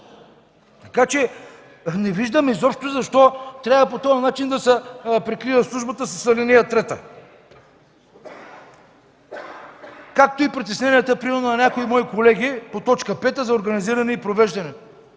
Така че не виждам изобщо защо трябва по този начин да се прикрива службата с ал. 3, както и притесненията, примерно, на някои мои колеги по т. 5 за организиране и провеждане.